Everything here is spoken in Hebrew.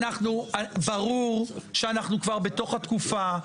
ברור שאנחנו כבר בתוך התקופה,